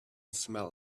smell